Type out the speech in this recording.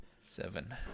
Seven